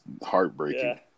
heartbreaking